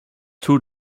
two